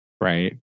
Right